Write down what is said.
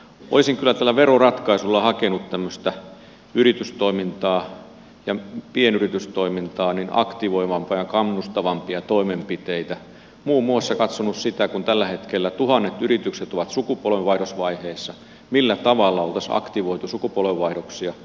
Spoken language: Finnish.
olisin kyllä tällä veroratkaisulla hakenut tämmöistä yritystoimintaa ja pienyritystoimintaa aktivoivampia ja kannustavampia toimenpiteitä muun muassa katsonut sitä kun tällä hetkellä tuhannet yritykset ovat sukupolvenvaihdosvaiheessa millä tavalla oltaisiin aktivoitu sukupolvenvaihdoksia